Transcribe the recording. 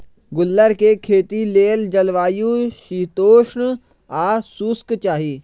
गुल्लर कें खेती लेल जलवायु शीतोष्ण आ शुष्क चाहि